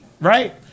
Right